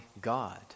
God